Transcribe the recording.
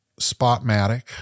Spotmatic